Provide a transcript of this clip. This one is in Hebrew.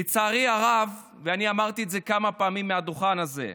לצערי הרב, ואמרתי את זה כמה פעמים מעל הדוכן הזה,